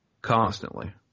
constantly